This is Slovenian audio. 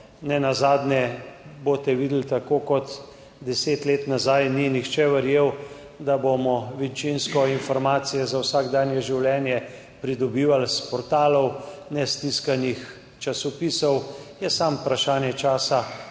Nenazadnje boste videli, tako kot 10 let nazaj ni nihče verjel, da bomo večinsko informacije za vsakdanje življenje pridobivali s portalov, ne iz tiskanih časopisov, je samo vprašanje časa,